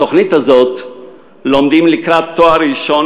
בתוכנית הזאת לומדים לקראת תואר ראשון